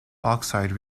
oxide